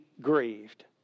grieved